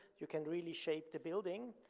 you can really shape the building.